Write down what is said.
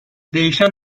değişen